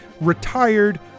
retired